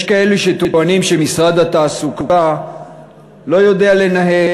יש כאלה שטוענים שמשרד התעסוקה לא יודע לנהל,